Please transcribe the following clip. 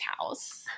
house